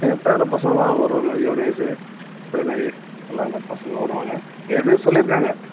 எங்கள் பேரப் பசங்கள்லாம் வருவாங்க யுவனேஷ் ப்ரவின் எல்லாம் அந்த பசங்க வருவாங்க ஏற்கனவே சொல்லிருக்காங்க